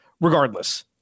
regardless